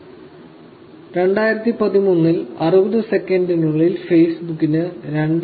2013ൽ 60 സെക്കൻഡിനുള്ളിൽ ഫേസ്ബുക്കിന് 2